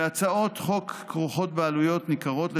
הצעות חוק כרוכות בעלויות ניכרות.